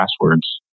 passwords